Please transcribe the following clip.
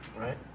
Right